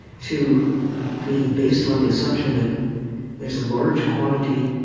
to be based on the assumption that there's a large quantity